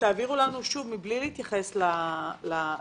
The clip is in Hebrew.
שתעבירו לנו - כמובן מבלי להתייחס ללקוחות